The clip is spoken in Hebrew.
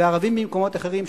וערבים ממקומות אחרים,